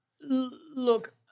look